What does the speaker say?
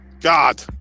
god